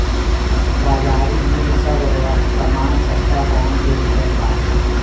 बाजारी में सब समान सस्ता दाम पे मिलत बा